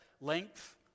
length